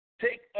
Take